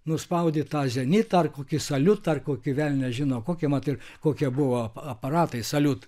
nuspaudi tą zenitą ar kokį saliutą ar kokį velnią žino kokia vat ir kokia buvo aparatai saliut